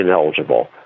ineligible